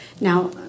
now